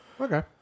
Okay